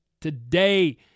today